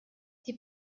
die